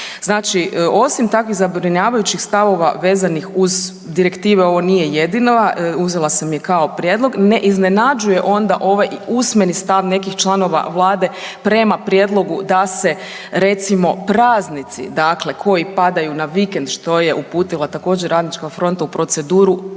Znači osim takvih zabrinjavajućih stavova vezanih uz direktive ovo nije jedina, uzela sam je kao prijedlog. Ne iznenađuje onda ovaj i usmeni stav nekih članova Vlade prema prijedlogu da se recimo praznici dakle koji padaju na vikend što je uputila također Radnička fronta u proceduru